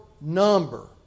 number